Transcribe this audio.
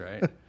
right